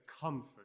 comfort